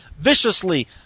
viciously